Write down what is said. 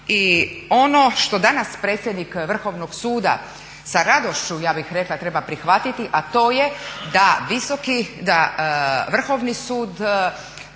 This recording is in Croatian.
I ono što danas predsjednik Vrhovnog suda sa radošću ja bih rekla treba prihvatiti, a to je da Vrhovni sud